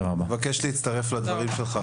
אני מבקש להצטרף לדברים שלך,